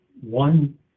one